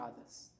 others